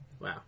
Wow